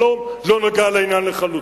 שלום לא נוגע לעניין לחלוטין.